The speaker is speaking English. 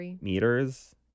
meters